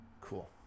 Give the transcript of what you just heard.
cool